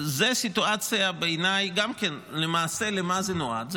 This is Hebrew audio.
למה זה נועד?